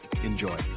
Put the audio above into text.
Enjoy